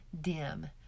dim